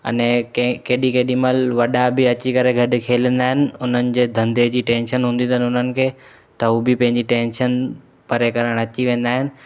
अने कंहिं केॾी केॾी महिल वॾा बि अची करे गॾु खेॾंदा आहिनि उन्हनि जे धंधे जी टैंशन हूंदी अथनि उन्हनि खे त उहो बि पंहिंजी टैंशन परे करणु अची वेंदा आहिनि